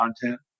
content